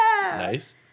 Nice